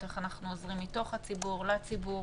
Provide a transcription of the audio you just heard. איך אנחנו עוזרים מתוך הציבור לציבור